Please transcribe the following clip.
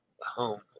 home